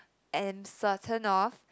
am certain of